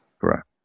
Correct